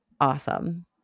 Awesome